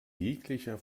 jeglicher